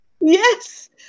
Yes